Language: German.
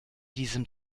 diesem